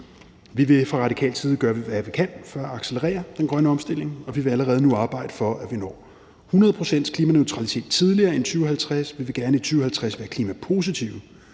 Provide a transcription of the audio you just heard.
Vi vil fra radikal side gøre, hvad vi kan, for at accelerere den grønne omstilling, og vi vil allerede nu arbejde for, at vi når 100 pct.s klimaneutralitet tidligere end 2050. Vi vil gerne i 2050 være klimapositive,